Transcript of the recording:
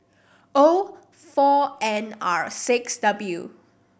O four N R six W